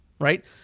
right